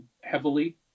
heavily